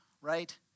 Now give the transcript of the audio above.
right